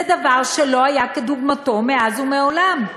זה דבר שלא היה כדוגמתו מאז ומעולם.